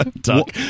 Duck